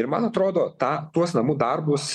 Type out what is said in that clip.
ir man atrodo tą tuos namų darbus